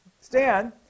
Stan